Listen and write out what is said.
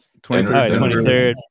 23rd